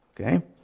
Okay